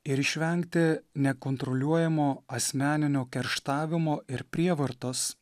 ir išvengti nekontroliuojamo asmeninio kerštavimo ir prievartos